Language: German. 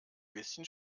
bisschen